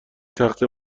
تخته